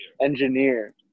Engineer